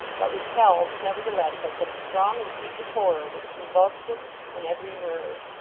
but repelled nevertheless by some strong and secret horror which convulsed him in every nerve.